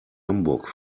hamburg